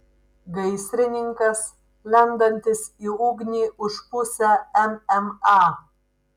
gaisrininkas lendantis į ugnį už pusę mma